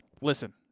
listen